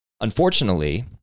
Unfortunately